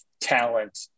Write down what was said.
talent